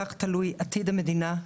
כך תלוי עתיד המדינה,